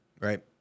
Right